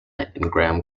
ingham